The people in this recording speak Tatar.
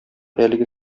әлеге